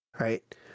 Right